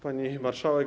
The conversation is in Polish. Pani Marszałek!